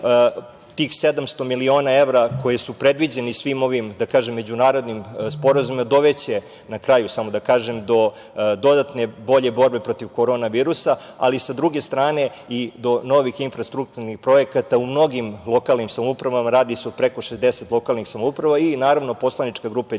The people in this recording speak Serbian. tih 700 miliona evra koji su predviđeni svim ovim međunarodnim sporazumima dovešće do dodatne bolje borbe protiv korona virusa, ali, sa druge strane, i do novih infrastrukturnih projekata u mnogim lokalnim samoupravama, a radi se o preko 60 lokalnih samouprava. Naravno, poslanička grupa Jedinstvene